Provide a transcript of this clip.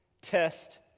Test